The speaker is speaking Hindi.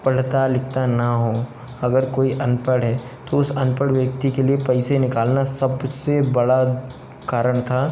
पढ़ता लिखना न हों अगर कोई अनपढ़ है तो उसे अनपढ़ व्यक्ति के लिए पैसे निकालना सबसे बड़ा कारण था